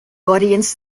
audience